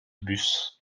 bus